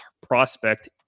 prospect